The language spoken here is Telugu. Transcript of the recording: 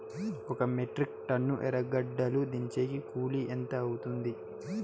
ఒక మెట్రిక్ టన్ను ఎర్రగడ్డలు దించేకి కూలి ఎంత అవుతుంది?